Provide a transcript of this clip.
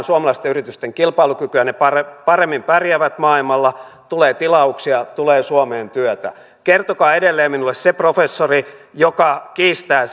suomalaisten yritysten kilpailukykyä ne paremmin paremmin pärjäävät maailmalla tulee tilauksia tulee suomeen työtä kertokaa edelleen minulle se professori joka kiistää